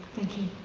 thank you.